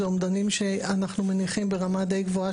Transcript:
זה אומדנים שאנחנו מניחים ברמה די גבוהה